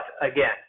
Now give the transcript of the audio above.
again